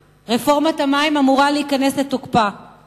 רפורמת המים אמורה להיכנס לתוקפה מ-1 בינואר.